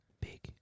Big